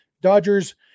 Dodgers